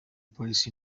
police